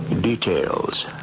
Details